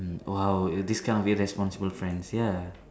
mm !wow! you this kind of irresponsible friends ya